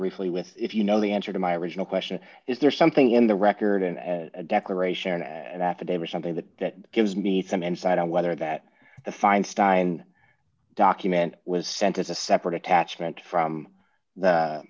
briefly with if you know the answer to my original question is there something in the record and a declaration and affidavit something that gives me some insight on whether that the feinstein document was sent as a separate attachment from the